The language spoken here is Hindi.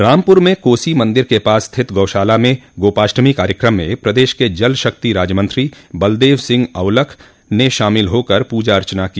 रामपुर में कोसी मन्दिर के पास स्थित गौशाला में गोपाष्टमी कार्यक्रम में प्रदेश के जल शक्ति राज्यमंत्री बलदेव सिंह औलख ने शामिल होकर पूजा अर्चना की